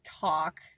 talk